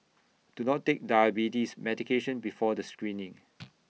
do not take diabetes medication before the screening